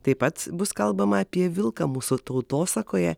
taip pat bus kalbama apie vilką mūsų tautosakoje